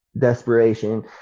desperation